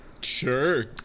Sure